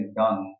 done